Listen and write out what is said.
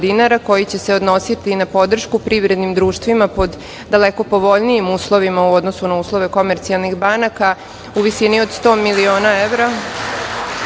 koji će se odnositi na podršku privrednim društvima pod daleko povoljnijim uslovima u odnosu na uslove komercijalnih banaka u visini od 100 miliona evra